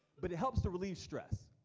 but it helps to relieve stress.